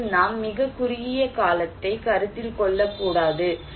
மேலும் நாம் மிகக் குறுகிய காலத்தை கருத்தில் கொள்ளக்கூடாது